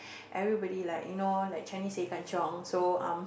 everybody like you know like Chinese they kanchiong so um